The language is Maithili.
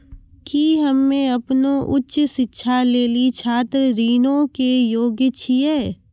कि हम्मे अपनो उच्च शिक्षा लेली छात्र ऋणो के योग्य छियै?